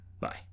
Bye